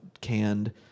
canned